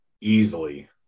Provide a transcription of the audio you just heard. easily